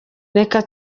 reka